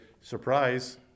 surprise